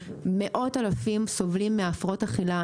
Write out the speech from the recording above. מאות-אלפים סובלים מהפרעות אכילה.